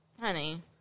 Honey